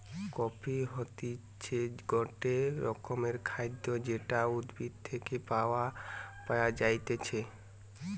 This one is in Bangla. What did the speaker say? কফি হতিছে গটে রকমের খাদ্য যেটা উদ্ভিদ থেকে পায়া যাইতেছে